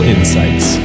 Insights